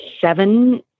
seven